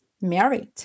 married